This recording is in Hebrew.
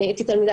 הייתי תלמידה,